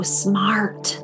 smart